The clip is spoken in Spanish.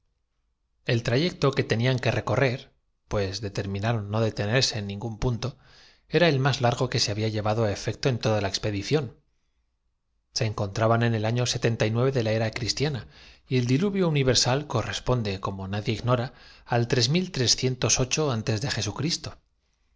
l trayecto que tenían que recorrer pues de terminaron no detenerse en ningún punto era el mas largo que se había llevado á efec to en toda la expedición se encontraban en el año de la era cristiana y el diluvio universal corresponde como nadie ignora al antes de